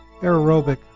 aerobic